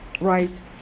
right